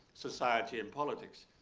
society and politics.